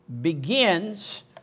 begins